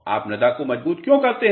आप मृदा को मजबूत क्यों करते हैं